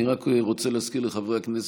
אני רק רוצה להזכיר לחברי הכנסת,